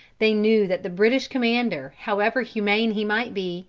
they knew that the british commander, however humane he might be,